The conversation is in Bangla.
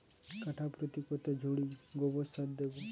কাঠাপ্রতি কত ঝুড়ি গোবর সার দেবো?